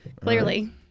Clearly